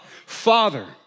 Father